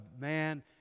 Man